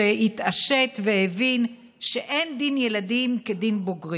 שהתעשת והבין שאין דין ילדים כדין בוגרים.